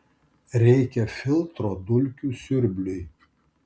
reikia filtro dulkių siurbliui